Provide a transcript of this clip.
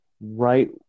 right